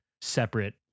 separate